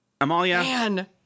Amalia